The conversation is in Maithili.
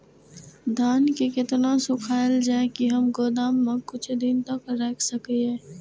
धान के केतना सुखायल जाय की हम गोदाम में कुछ दिन तक रख सकिए?